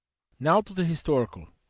now to the historical,